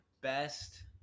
Best